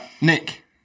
Nick